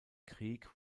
krieg